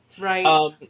Right